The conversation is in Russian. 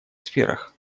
сферах